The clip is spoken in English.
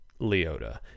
leota